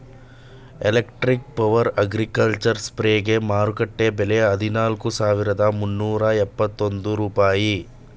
electric power agricultural ಸ್ಪ್ರೆಯರ್ಗೆ ಮಾರುಕಟ್ಟೆ ಬೆಲೆ ಹದಿನಾಲ್ಕು ಸಾವಿರದ ಮುನ್ನೂರ ಎಂಬತ್ತೊಂದು ರೂಪಾಯಿ